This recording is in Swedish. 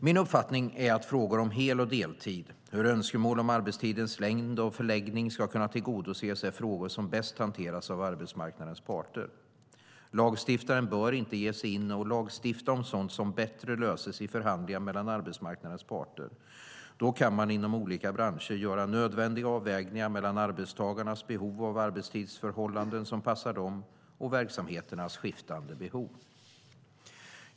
Min uppfattning är att frågor om hel och deltid och hur önskemål om arbetstidens längd och förläggning ska kunna tillgodoses är frågor som bäst hanteras av arbetsmarknadens parter. Lagstiftaren bör inte ge sig in och lagstifta om sådant som bättre löses i förhandlingar mellan arbetsmarknadens parter. Då kan man inom olika branscher göra nödvändiga avvägningar mellan arbetstagarnas behov av arbetstidsförhållanden som passar dem och verksamheternas skiftande behov.